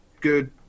good